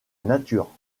nature